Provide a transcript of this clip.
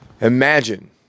Imagine